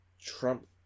Trump